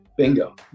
Bingo